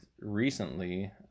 recently